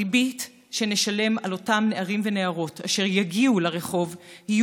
הריבית שנשלם על אותם נערים ונערות אשר יגיעו לרחוב תהיה